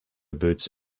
boots